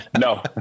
no